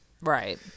right